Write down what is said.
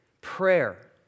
Prayer